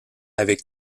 avec